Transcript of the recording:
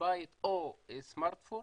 בבית או סמרטפון